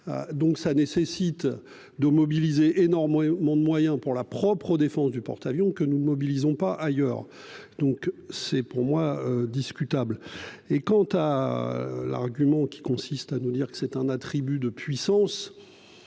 Donc, ça nécessite de mobiliser énormément de moyens pour la propre défense du porte-avions que nous mobilisons pas ailleurs, donc c'est pour moi discutable et quant à l'argument qui consiste à nous dire que c'est un attribut de puissance.